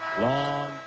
Long